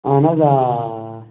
اَہَن حظ آ آ آ